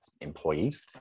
employees